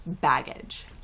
baggage